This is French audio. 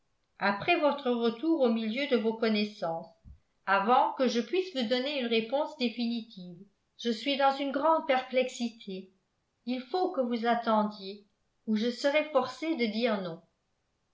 après votre retour au milieu de vos connaissances avant que je puisse vous donner une réponse définitive je suis dans une grande perplexité il faut que vous attendiez ou je serais forcée de dire non